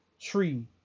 tree